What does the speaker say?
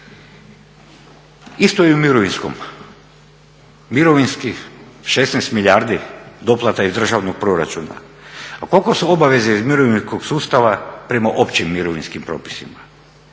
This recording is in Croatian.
Isto je i u mirovinskom. Mirovinski 16 milijardi doplata iz državnog proračuna. A koliko su obaveze iz mirovinskog sustava prema općim mirovinskim propisima,